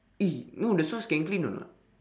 eh no the socks can clean or not